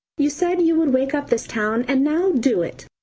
you said you would wake up this town, and now do it.